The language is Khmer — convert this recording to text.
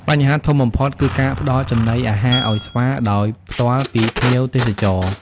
បញ្ហាធំបំផុត គឺការផ្តល់ចំណីអាហារឱ្យស្វាដោយផ្ទាល់ពីភ្ញៀវទេសចរ។